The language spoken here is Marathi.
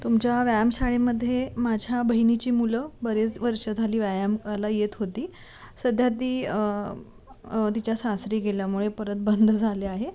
तुमच्या व्यायाम शाळेमध्ये माझ्या बहिणीची मुलं बरेच वर्ष झाली व्यायाम अला येत होती सध्या ती तिच्या सासरी गेल्यामुळे परत बंद झाले आहे